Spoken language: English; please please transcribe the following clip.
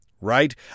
right